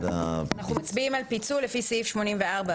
אנחנו מצביעים על פיצול לפי סעיף 84(ב),